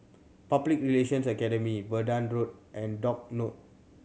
Public Relations Academy Verdun Road and Dock Road